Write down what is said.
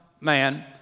man